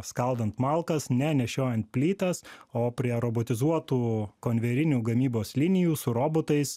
skaldant malkas ne nešiojant plytas o prie robotizuotų konvejerinių gamybos linijų su robotais